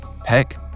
Peck